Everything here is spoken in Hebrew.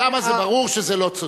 שם זה ברור שזה לא צודק.